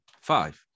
five